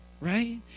right